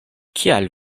kial